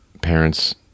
parents